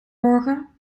morgen